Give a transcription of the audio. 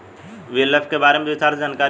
BLF के बारे में विस्तार से जानकारी दी?